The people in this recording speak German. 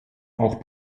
auch